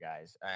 guys